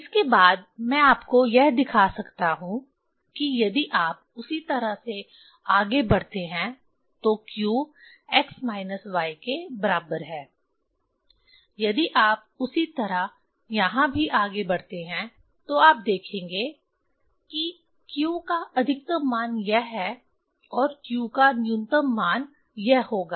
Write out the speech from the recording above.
इसके बाद मैं आपको यह दिखा सकता हूं कि यदि आप उसी तरह से आगे बढ़ते हैं तो q x माइनस y के बराबर है यदि आप उसी तरह यहां भी आगे बढ़ते हैं तो आप देखेंगे कि q का अधिकतम मान यह है और q का न्यूनतम मान यह होगा